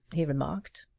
he remarked.